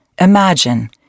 Imagine